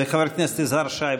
חבר הכנסת יזהר שי,